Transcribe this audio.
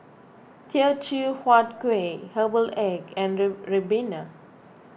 Teochew Huat Kueh Herbal Egg and Ribena